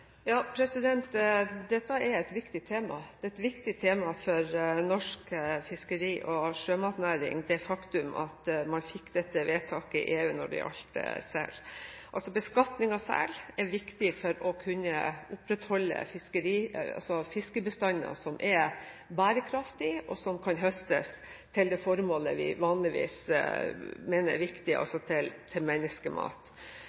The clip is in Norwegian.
Ja, dette er et viktig tema. Det faktum at man fikk dette vedtaket i EU når det gjaldt sel, er et viktig tema for norsk fiskeri- og sjømatnæring. Beskatning av sel er viktig for å kunne opprettholde fiskebestander som er bærekraftige, og som kan høstes til det formålet vi vanligvis mener er